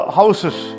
houses